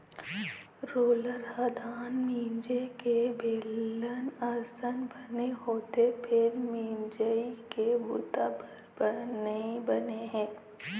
roller ह धान मिंजे के बेलन असन बने होथे फेर मिंजई के बूता बर नइ बने हे